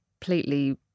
completely